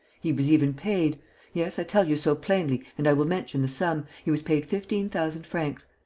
he was even paid yes, i tell you so plainly and i will mention the sum he was paid fifteen thousand francs.